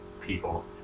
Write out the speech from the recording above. people